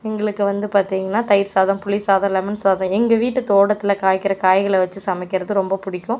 எங்களுக்கு வந்து பார்த்தீங்கன்னா தயிர் சாதம் புளி சாதம் லெமன் சாதம் எங்க வீட்டுத் தோட்டத்தில் காய்க்கிற காய்களை வச்சு சமைக்கிறது ரொம்ப பிடிக்கும்